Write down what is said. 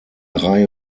reihe